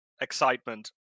excitement